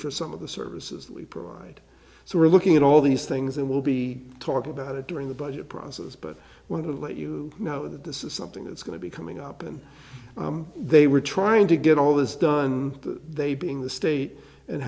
for some of the services lee provide so we're looking at all these things and we'll be talking about it during the budget process but i want to let you know that this is something that's going to be coming up and they were trying to get all this done that they being the state and